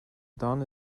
done